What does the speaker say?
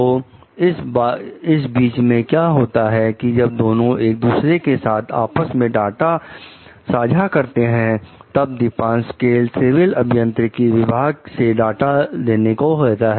तो इस बीच में क्या होता है कि जब दोनों एक दूसरे के साथ आपस में डाटा बांटते हैं तब दीपासक्वेल सिविल अभियांत्रिकी विभाग से डाटा देने को कहता है